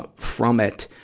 ah from it,